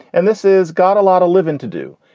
and this is got a lot of living to do.